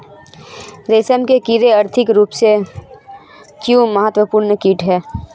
रेशम के कीड़े आर्थिक रूप से क्यों महत्वपूर्ण कीट हैं?